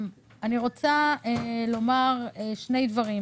לגבי התחרותיות